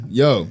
yo